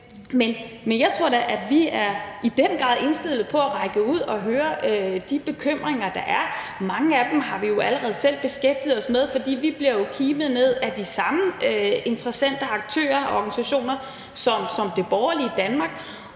Men jeg tror da, at vi i den grad er indstillet på at række ud og høre de bekymringer, der er. Mange af dem har vi allerede selv beskæftiget os med, for vi bliver jo kimet ned af de samme interessenter, aktører og organisationer som det borgerlige Danmark,